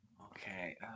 okay